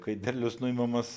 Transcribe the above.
kai derlius nuimamas